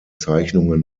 zeichnungen